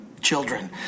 children